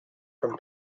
from